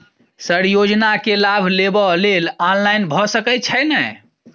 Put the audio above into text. Sir योजना केँ लाभ लेबऽ लेल ऑनलाइन भऽ सकै छै नै?